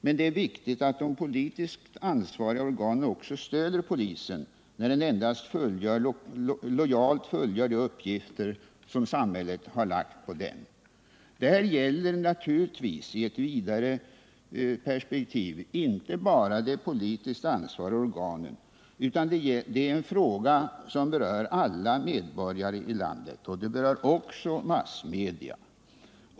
Men det är viktigt att de politiskt ansvariga organen också stöder polisen när denna endast lojalt fullgör de uppgifter som samhället har lagt på den. Det här gäller naturligtvis i ett vidare perspektiv inte bara de politiskt ansvariga organen, utan det är en fråga som berör alla medborgare i landet, och det berör också massmedia.